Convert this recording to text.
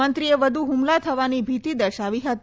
મંત્રીએ વ્યુ હુમલા થવાની ભીતી દર્શાવી હતી